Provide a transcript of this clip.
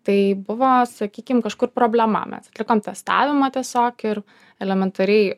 tai buvo sakykim kažkur problema mes atlikom testavimą tiesiog ir elementariai